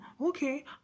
okay